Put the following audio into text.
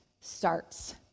starts